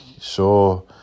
sure